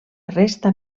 resta